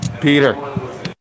Peter